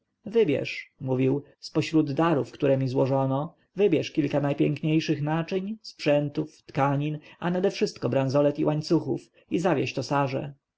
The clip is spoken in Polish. wybierz mówił z pośród darów które mi złożono wybierz kilka najpiękniejszych naczyń sprzętów tkanin a nadewszystko branzolet i łańcuchów i zawieź to sarze